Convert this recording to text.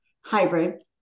hybrid